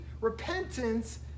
repentance